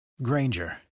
Granger